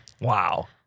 Wow